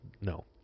No